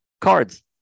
Cards